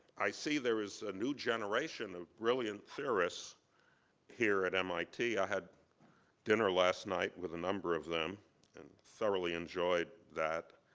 i see there is a new generation of brilliant theorists here at mit. i had dinner last night with a number of them and thoroughly enjoyed that.